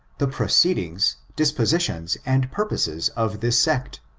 the proceedings, dispositions, and purposes of this sect,